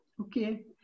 Okay